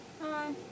Hi